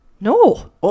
no